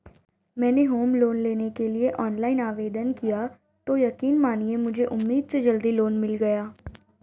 मैंने home loan लेने के लिए ऑनलाइन आवेदन किया तो यकीन मानिए मुझे उम्मीद से जल्दी लोन मिल गया